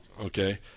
Okay